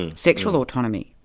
and sexual autonomy.